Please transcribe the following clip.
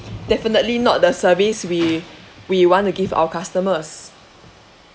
definitely not the service we we want to give our customers